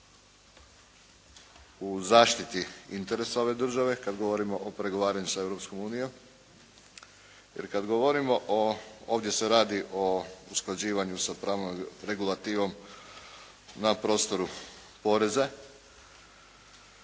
u zaštiti interesa ove države kad govorimo o pregovaranju sa Europskom unijom i kad govorimo o, ovdje se radi o usklađivanju sa pravnom regulativom na prostoru poreza,